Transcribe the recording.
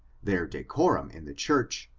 their decorum in the church,